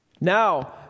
Now